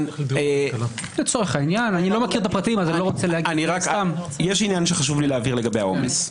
יש עניין שחשוב לי להבהיר לגבי העומס.